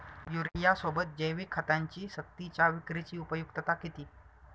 युरियासोबत जैविक खतांची सक्तीच्या विक्रीची उपयुक्तता किती?